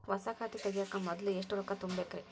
ಹೊಸಾ ಖಾತೆ ತಗ್ಯಾಕ ಮೊದ್ಲ ಎಷ್ಟ ರೊಕ್ಕಾ ತುಂಬೇಕ್ರಿ?